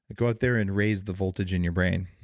go out there and raise the voltage in your brain.